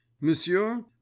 Monsieur